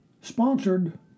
sponsored